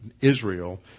Israel